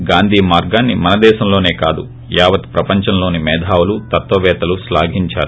గాంధీ మార్గాన్ని మన దేశంలోనే కాదు యావత్ ప్రపంచంలోనీ మేధావులు తత్వవేత్తలు శ్లాఘంచారు